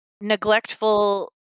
neglectful